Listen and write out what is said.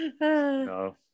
No